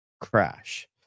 crash